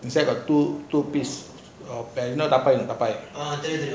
inside got two two piece dabai dabai